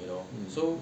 mm